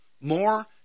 More